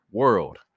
world